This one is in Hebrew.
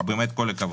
באמת כל הכבוד.